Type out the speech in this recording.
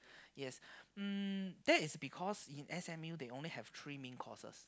yes um that is because in s_m_u they only have three main courses